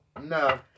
No